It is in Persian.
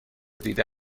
دیده